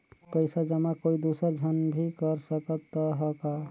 पइसा जमा कोई दुसर झन भी कर सकत त ह का?